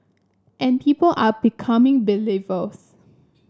and people are becoming believers